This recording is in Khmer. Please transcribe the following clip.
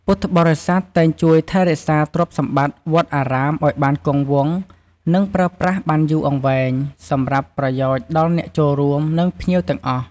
ការរៀបចំកន្លែងសម្រាក សម្រាប់ភ្ញៀវដែលមកពីឆ្ងាយខ្លាំង និងត្រូវស្នាក់នៅមួយយប់ ឬច្រើនថ្ងៃ ពុទ្ធបរិស័ទតែងជួយរៀបចំកន្លែងសម្រាកបណ្ដោះអាសន្ននៅក្នុងបរិវេណវត្ត ឬសាលាឆាន់។